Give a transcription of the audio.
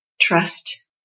trust